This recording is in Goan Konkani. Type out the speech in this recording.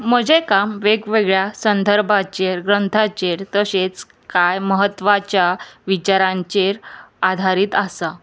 म्हजें काम वेगवेगळ्या संदर्भाचेर ग्रंथाचेर तशेंच कांय म्हत्वाच्या विचारांचेर आधारीत आसा